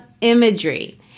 imagery